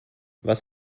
was